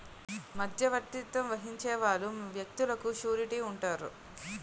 మధ్యవర్తిత్వం వహించే వాళ్ళు వ్యక్తులకు సూరిటీ ఉంటారు